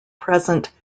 present